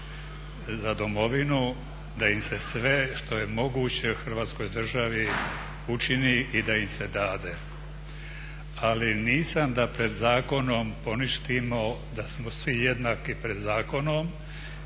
za Domovinu da im se sve što je moguće u Hrvatskoj državi učini i da im se dade. Ali, nisam da pred zakonom poništimo da smo svi jednaki pred zakonom